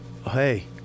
hey